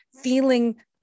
feeling